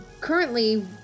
Currently